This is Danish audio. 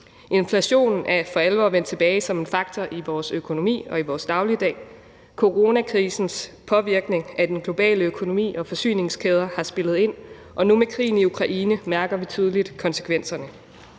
Inflationen er for alvor vendt tilbage som en faktor i vores økonomi og i vores dagligdag. Coronakrisens påvirkning af den globale økonomi og forsyningskæder har spillet ind, og nu med krigen i Ukraine mærker vi tydeligt konsekvenserne,